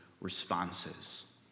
responses